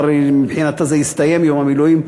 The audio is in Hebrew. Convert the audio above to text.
שמבחינתה כבר הסתיים יום המילואים,